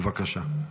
בבקשה,